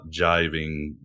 jiving